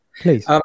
please